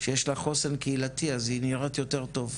שיש לה חוסן קהילתי אז היא נראית יותר טוב.